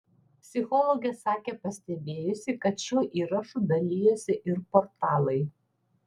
psichologė sakė pastebėjusi kad šiuo įrašu dalijosi ir portalai